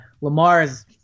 Lamar's